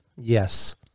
yes